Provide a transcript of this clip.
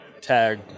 tag